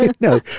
No